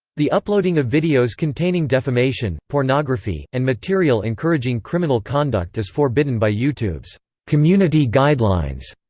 the uploading of videos containing defamation, pornography, and material encouraging criminal conduct is forbidden by youtube's community guidelines.